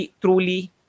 truly